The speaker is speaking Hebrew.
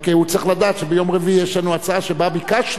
רק הוא צריך לדעת שביום רביעי יש לנו הצעה שבה ביקשנו,